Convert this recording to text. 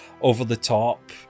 over-the-top